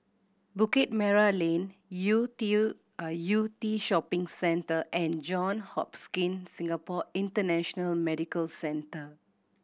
Bukit Merah Lane Yew Tew ah Yew Tee Shopping Centre and John Singapore International Medical Centre